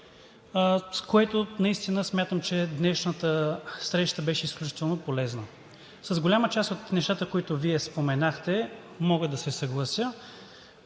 с което наистина смятам, че днешната среща беше изключително полезна. С голяма част от нещата, които Вие споменахте, мога да се съглася.